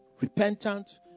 repentant